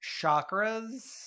chakras